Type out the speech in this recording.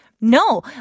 No